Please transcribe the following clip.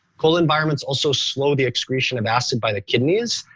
cold environments also slow the excretion of acid by the kidneys.